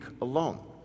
alone